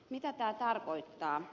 mitä tämä tarkoittaa